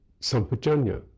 sampajanya